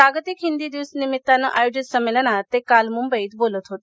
जागतिक हिंदी दिवसानिमित्ताने आयोजित संमेलनात ते काल मुंबईत बोलत होते